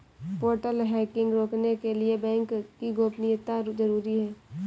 portal hacking रोकने के लिए बैंक की गोपनीयता जरूरी हैं